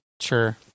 Sure